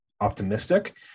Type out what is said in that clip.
optimistic